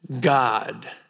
God